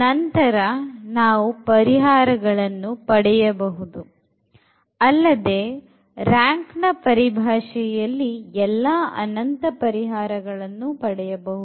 ನಂತರ ಪರಿಹಾರಗಳನ್ನು ಪಡೆಯಬಹುದು ಅಲ್ಲದೆ rank ನ ಪರಿಭಾಷೆಯಲ್ಲಿ ಎಲ್ಲಾ ಅನಂತ ಪರಿಹಾರಗಳನ್ನು ಪಡೆಯಬಹುದು